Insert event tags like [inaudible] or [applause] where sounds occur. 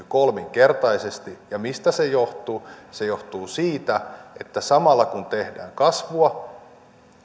[unintelligible] kolminkertaisesti ja mistä se johtuu se johtuu siitä että samalla kun tehdään kasvua